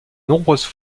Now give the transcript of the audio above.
nombreuses